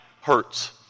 hurts